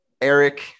Eric